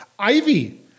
Ivy